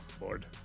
Lord